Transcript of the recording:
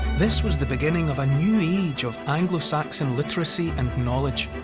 this was the beginning of a new age of anglo-saxon literacy and knowledge.